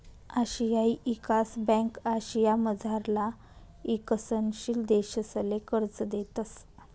आशियाई ईकास ब्यांक आशियामझारला ईकसनशील देशसले कर्ज देतंस